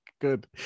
Good